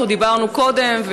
עוד דיברנו קודם,